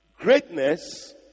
greatness